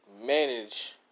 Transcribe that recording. manage